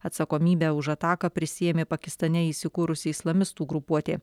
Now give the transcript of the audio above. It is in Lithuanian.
atsakomybę už ataką prisiėmė pakistane įsikūrusi islamistų grupuotė